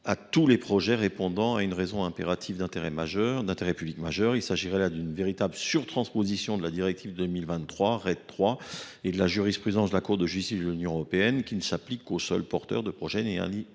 à tous les projets répondant à une raison impérative d’intérêt public majeur. Il s’agirait d’une véritable surtransposition de la directive RED III du 18 octobre 2023 et de la jurisprudence de la Cour de justice de l’Union européenne, qui ne s’applique qu’aux seuls porteurs de projets de